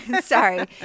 sorry